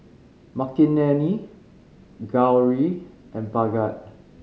Makineni Gauri and Bhagat